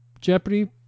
Jeopardy